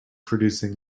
producing